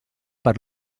per